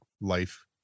life